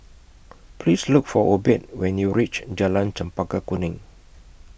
Please Look For Obed when YOU REACH Jalan Chempaka Kuning